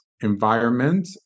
environment